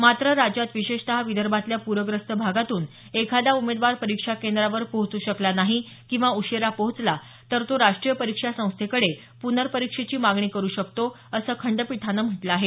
मात्र राज्यात विशेषत विदर्भातल्या प्रग्रस्त भागातून एखादा उमेदवार परीक्षा केंद्रावर पोहोचू शकला नाही किंवा उशीरा पोहोचला तर तो राष्ट्रीय परीक्षा संस्थेकडे प्नर्परीक्षेची मागणी करू शकतो असं खंडपीठानं म्हटलं आहे